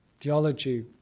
theology